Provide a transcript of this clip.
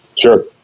Sure